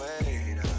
wait